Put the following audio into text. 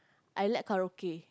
I like karaoke